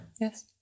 Yes